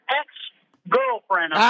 ex-girlfriend